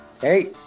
Hey